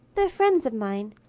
they're friends of mine.